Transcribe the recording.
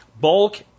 bulk